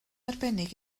arbennig